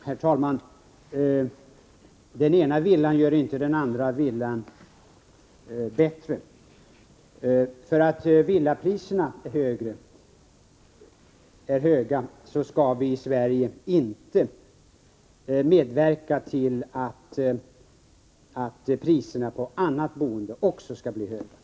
Herr talman! Den ena villan gör inte den andra villan bättre. Av den anledningen att villapriserna är höga skall vi i Sverige inte medverka till att priserna på annat boende också blir högre.